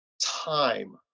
Time